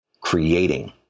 creating